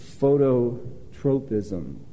phototropism